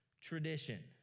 tradition